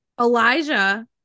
Elijah